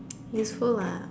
useful ah